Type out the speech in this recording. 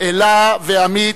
אלה ועמית,